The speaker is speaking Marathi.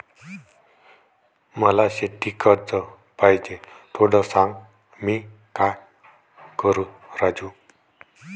मला शेती कर्ज पाहिजे, थोडं सांग, मी काय करू राजू?